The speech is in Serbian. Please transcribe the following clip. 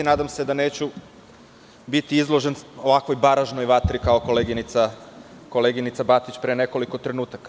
Nadam se da neću biti izložen ovakvoj baražnoj vatri kao koleginica Batić pre nekoliko trenutaka.